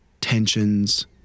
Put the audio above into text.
tensions